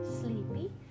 Sleepy